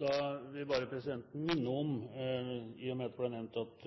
Presidenten vil minne om – i og med at det ble nevnt at